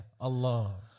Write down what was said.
Allah